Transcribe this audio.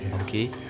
okay